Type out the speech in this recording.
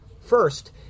First